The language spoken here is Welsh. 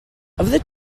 fyddet